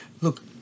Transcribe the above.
Look